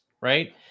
right